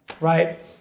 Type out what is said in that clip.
Right